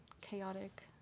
chaotic